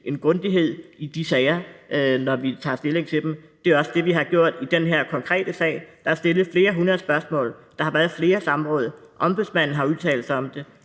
en grundighed i de sager, når vi tager stilling til dem. Det er også det, vi har gjort i den her konkrete sag. Der er stillet flere hundrede spørgsmål; der har været flere samråd; Ombudsmanden har udtalt sig om det;